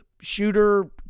shooter